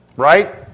right